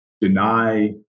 deny